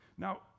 Now